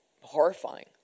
horrifying